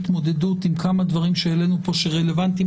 התמודדות עם כמה דברים שהעלינו כאן שעדיין רלוונטיים